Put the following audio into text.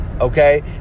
okay